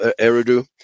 Eridu